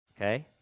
Okay